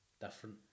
different